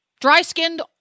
dry-skinned